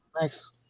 Nice